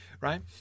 right